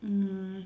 mm